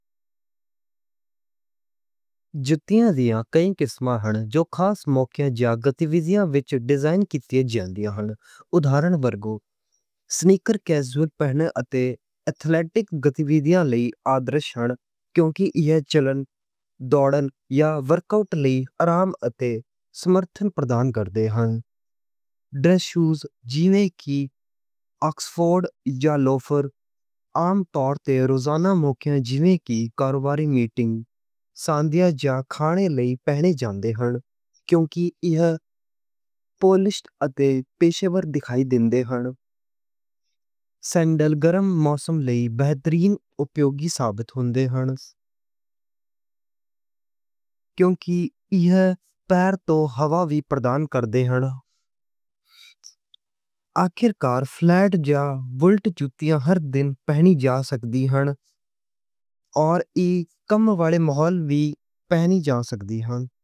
جوتیاں دیاں کئی قسمہاں جو خاص موقعے جا ایکٹیوِٹی آلیاں لئی ہن۔ اودھارن ورگ سنیکر، کیژول پہنن اتے ایتھلیٹک ایکٹیوِٹی آلیاں لئی آدرش ہن۔ کیونکہ ایہہ چلن، دوڑن یا ورک آؤٹ لئی آرام اتے سمرتھن پردان کر دے ہن۔ دراصل جیویں کہ آکسفورڈ جا لوفر عام طور تے روزانہ موقعے جیویں کہ کاروباری میٹنگاں ہندیاں جا کھانے لئی پہننے جا دے ہن۔ کیونکہ ایہہ پالشڈ اتے پیشہ ور دکھائی دے ہن۔ سینڈل گرم موسم لئی بہترین اُپیوگی ثابت ہندے ہن۔ کیونکہ ایہہ پیراں نوں ہوا دی رسائی پردان کر دے ہن۔ آخر کار فلیٹ جا وولٹ جوتیاں ہر دن پہنی جا سک دی ہن۔ اتے ایہہ کم والے ماحول وچ بھی پہنی جا سک دی ہن۔